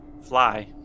fly